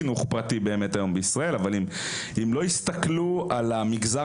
הרי אין חינוך פרטי באמת בישראל היום אבל אם לא יסתכלו על המגזר